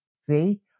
see